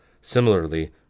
Similarly